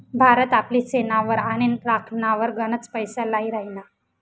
भारत आपली सेनावर आणि राखनवर गनच पैसा लाई राहिना